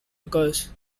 occurs